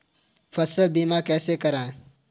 फसल बीमा कैसे कराएँ?